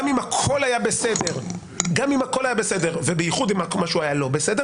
גם אם הכול היה בסדר ובייחוד אם משהו היה לא בסדר,